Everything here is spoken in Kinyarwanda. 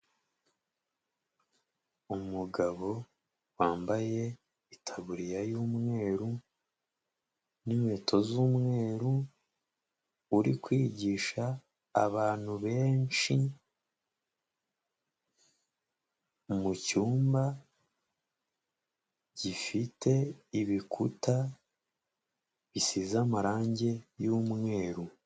Umugabo wambaye itaburiya y'umweru n'inkweto z'umweru, uri kwigisha abantu benshi, mu cyumba gifite ibikuta bisize amarange y'umweru.